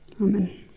amen